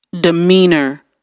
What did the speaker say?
demeanor